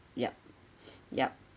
yup yup